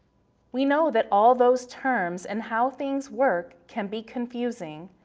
we know that all those terms and how things work can be confusing,